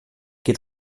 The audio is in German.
geht